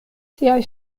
siaj